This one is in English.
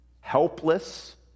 helpless